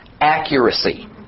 accuracy